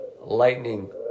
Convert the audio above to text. lightning